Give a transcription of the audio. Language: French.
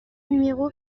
numéro